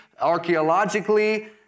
archaeologically